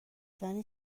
زنی